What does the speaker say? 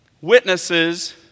witnesses